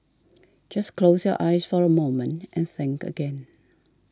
just close your eyes for a moment and think again